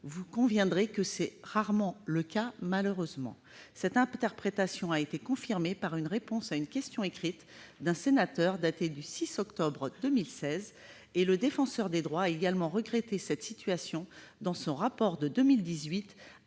vous en conviendrez -c'est rarement le cas, malheureusement. Cette interprétation a été confirmée par une réponse à une question écrite d'un sénateur, datée du 6 octobre 2016. Le Défenseur des droits a également regretté cette situation dans son rapport de 2018,